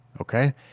Okay